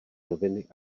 noviny